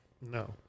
No